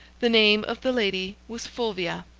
the name of the lady was fulvia.